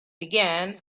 began